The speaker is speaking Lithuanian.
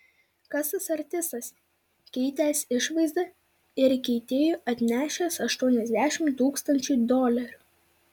kas tas artistas keitęs išvaizdą ir keitėjui atnešęs aštuoniasdešimt tūkstančių dolerių